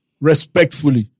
respectfully